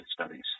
Studies